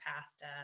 pasta